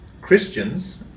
Christians